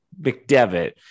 McDevitt